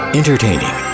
entertaining